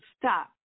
stop